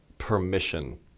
permission